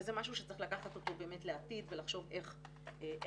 וזה משהו שצריך לקחת אותו באמת לעתיד ולחשוב איך משפרים.